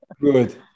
Good